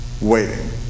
waiting